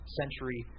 century